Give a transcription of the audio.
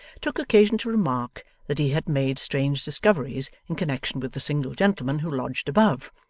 took occasion to remark that he had made strange discoveries in connection with the single gentleman who lodged above,